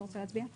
אתה רוצה להצביע?